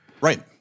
Right